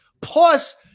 plus